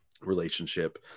relationship